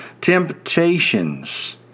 temptations